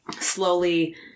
slowly